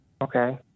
Okay